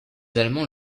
allemands